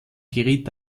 geriet